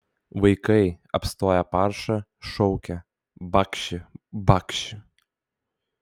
vaikai apstoję paršą šaukia bakši bakši